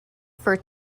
for